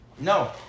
No